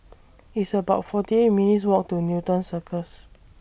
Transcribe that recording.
It's about forty eight minutes' Walk to Newton Circus